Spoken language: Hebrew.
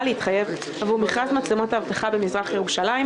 להתחייב עבור מכרז מצלמות האבטחה במזרח ירושלים,